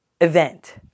Event